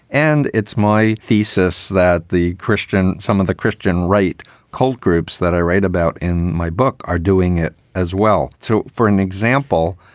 and it's my thesis that the christian some of the christian right cult groups that i write about in my book are doing it as well. so for an example,